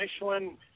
Michelin